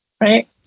right